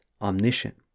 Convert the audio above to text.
omniscient